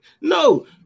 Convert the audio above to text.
No